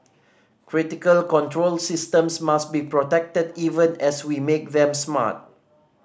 critical control systems must be protected even as we make them smart